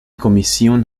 kommission